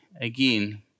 again